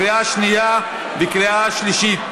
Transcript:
לקריאה שנייה וקריאה שלישית.